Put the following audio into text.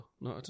No